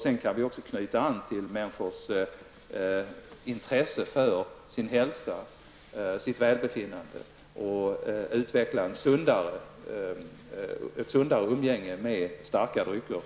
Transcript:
Sedan kan vi också knyta an till människors intresse för sin hälsa och sitt välbefinnande och på den vägen utveckla ett sundare umgänge med starka drycker.